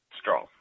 strong